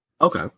Okay